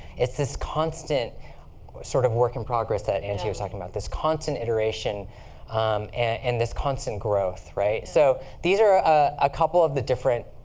it's this constant sort of work in progress that angie was talking about, this constant iteration and this constant growth. so these are a couple of the different